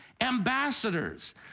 ambassadors